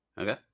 Okay